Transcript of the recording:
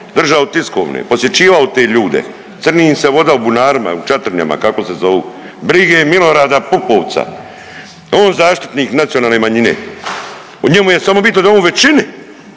držao tiskovne, posjećivao te ljude. Crni im se voda u bunarima, u Četrnjama kako se zovu. Brige Milorada Pupovca. On zaštitnik nacionalne manjine? Njemu je samo bitno da je on